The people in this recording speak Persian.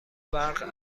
برق